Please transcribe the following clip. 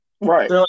right